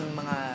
mga